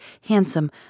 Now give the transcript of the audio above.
handsome